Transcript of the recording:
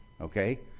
Okay